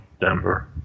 Denver